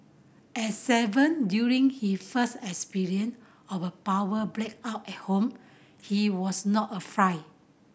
at seven during his first experience of a power blackout at home he was not afraid